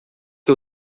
que